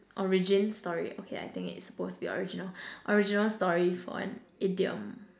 origin story okay I think it's supposed to be original original story for an idiom